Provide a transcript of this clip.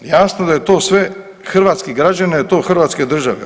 Jasno da je to sve hrvatskih građana, da je to Hrvatske države.